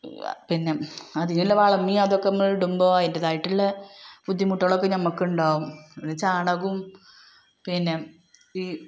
പിന്നെ അതിനുള്ള വളം അതൊക്കെ നമ്മളിടുമ്പോള് അതിന്റേതായിട്ടുള്ള ബുദ്ധിമുട്ടുകളൊക്കെ നമ്മള്ക്കുണ്ടാവും പിന്നെ ചാണകവും പിന്നെ ഈ